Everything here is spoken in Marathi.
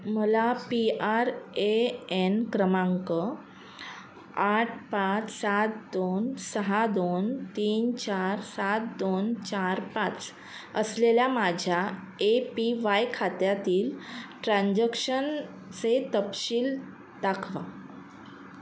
मला पी आर ए एन क्रमांक आठ पाच सात दोन सहा दोन तीन चार सात दोन चार पाच असलेल्या माझ्या ए पी वाय खात्यातील ट्रान्झक्शनचे तपशील दाखवा